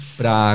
pra